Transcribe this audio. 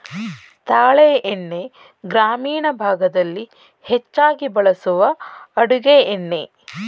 ತಾಳೆ ಎಣ್ಣೆ ಗ್ರಾಮೀಣ ಭಾಗದಲ್ಲಿ ಹೆಚ್ಚಾಗಿ ಬಳಸುವ ಅಡುಗೆ ಎಣ್ಣೆ